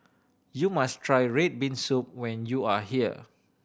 you must try red bean soup when you are here